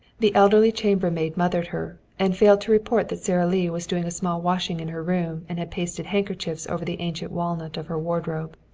the elderly chambermaid mothered her, and failed to report that sara lee was doing a small washing in her room and had pasted handkerchiefs over the ancient walnut of her wardrobe.